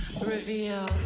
reveal